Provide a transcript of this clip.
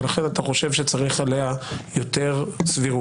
ולכן אתה חושב שצריך עליה יותר סבירות.